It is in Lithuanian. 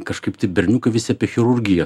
kažkaip tai berniukai visi apie chirurgiją